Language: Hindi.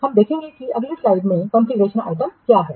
हम देखेंगे कि अगली स्लाइड में कॉन्फ़िगरेशन आइटम क्या हैं